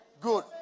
Good